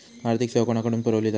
आर्थिक सेवा कोणाकडन पुरविली जाता?